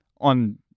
on